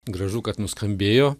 gražu kad nuskambėjo